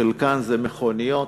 חלקם זה מכוניות,